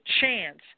chance